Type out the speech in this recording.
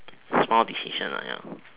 small decision ya